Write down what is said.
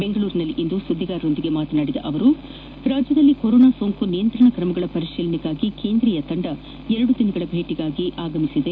ಬೆಂಗಳೂರಿನಲ್ಲಿಂದು ಸುದ್ದಿಗಾರರೊಂದಿಗೆ ಮಾತನಾಡಿದ ಅವರು ರಾಜ್ಯದಲ್ಲಿ ಕೊರೋನಾ ಸೋಂಕು ನಿಯಂತ್ರಣ ಕ್ರಮಗಳ ಪರಿಶೀಲನೆಗಾಗಿ ಕೇಂದ್ರೀಯ ತಂಡ ಎರಡು ದಿನಗಳ ಭೇಟಿಗಾಗಿ ಆಗಮಿಸಿದೆ